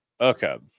okay